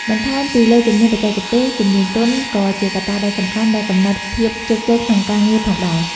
បន្ថែមពីលើជំនាញបច្ចេកទេស ជំនាញទន់ ក៏ជាកត្តាដ៏សំខាន់ដែលកំណត់ភាពជោគជ័យក្នុងការងារផងដែរ។